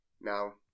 Now